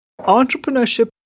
entrepreneurship